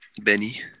Benny